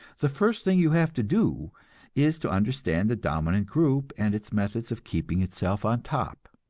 the first thing you have to do is to understand the dominant group and its methods of keeping itself on top.